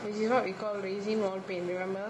which is what we call resin wall paint you remember